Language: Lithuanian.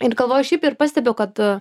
ir galvoju šiaip ir pastebiu kad